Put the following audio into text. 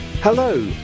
Hello